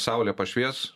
saulė pašvies